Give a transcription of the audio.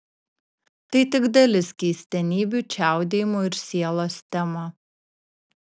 tai tik dalis keistenybių čiaudėjimo ir sielos tema